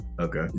Okay